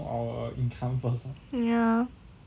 ya